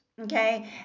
okay